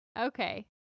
Okay